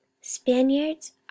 spaniards